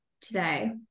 today